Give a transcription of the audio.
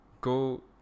go